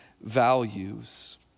values